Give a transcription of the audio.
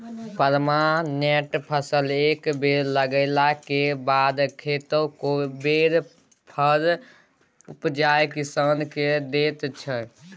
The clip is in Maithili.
परमानेंट फसल एक बेर लगेलाक बाद कतेको बेर फर उपजाए किसान केँ दैत छै